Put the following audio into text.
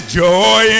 joy